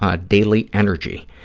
ah daily energy.